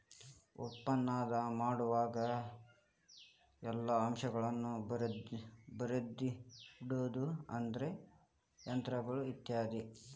ಉತ್ಪಾದನೆ ಮಾಡುವಾಗ ಎಲ್ಲಾ ಅಂಶಗಳನ್ನ ಬರದಿಡುದು ಅಂದ್ರ ಯಂತ್ರಗಳು ಇತ್ಯಾದಿ